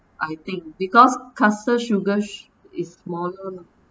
I think because caster sugar s~ is smaller lah